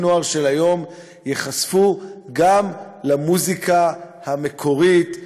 נוער של היום ייחשפו גם למוזיקה המקורית,